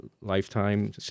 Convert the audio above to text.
lifetime